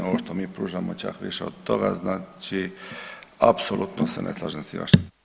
Ovo što mi pružamo čak više od toga, znači apsolutno se ne slažem s tim vašim.